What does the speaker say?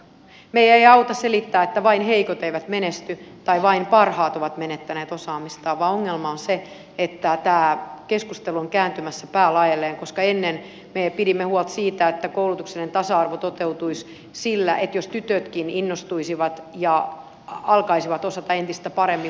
meidän ei auta selittää että vain heikot eivät menesty tai vain parhaat ovat menettäneet osaamistaan vaan ongelma on se että tämä keskustelu on kääntymässä päälaelleen koska ennen me pidimme huolta siitä että koulutuksellinen tasa arvo toteutuisi sillä että tytötkin innostuisivat ja alkaisivat osata entistä paremmin matematiikkaa